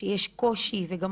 כשיש קושי, יוכלו לפנות.